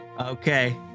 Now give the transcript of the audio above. Okay